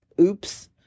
oops